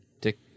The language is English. Dick